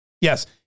Yes